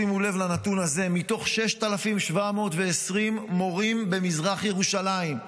שימו לב לנתון הזה: מתוך 6,720 מורים במזרח ירושלים,